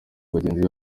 bagenzi